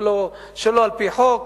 שלא על-פי חוק,